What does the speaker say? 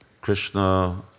Krishna